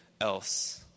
else